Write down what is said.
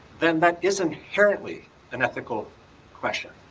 then that is inherently an ethical question.